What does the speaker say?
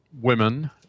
women